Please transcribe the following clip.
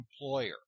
employer